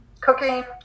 Cooking